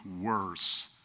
worse